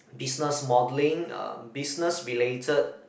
business modelling um business related